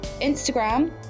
Instagram